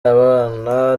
abana